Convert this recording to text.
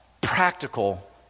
practical